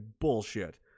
bullshit